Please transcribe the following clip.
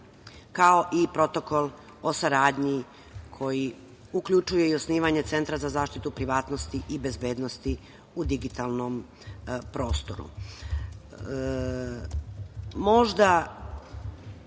kao i Protokol o saradnji koji uključuje i osnivanje Centra za zaštitu privatnosti i bezbednosti u digitalnom prostoru. Možda